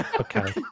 okay